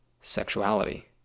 sexuality